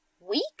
week